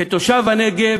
כתושב הנגב,